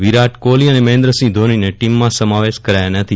વિરાટ કોહલી અને મહેન્દ્રસિંહ ધોનીનો ટીમમાંસમાવેશ કરાયો નથી